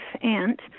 aunt